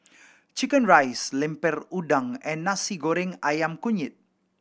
chicken rice Lemper Udang and Nasi Goreng Ayam Kunyit